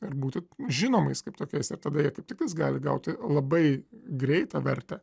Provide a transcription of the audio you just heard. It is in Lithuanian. ir būti žinomais kaip tokiais ir tada jie kaip tiktais gali gauti labai greitą vertę